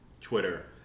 Twitter